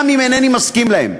גם אם אינני מסכים להן.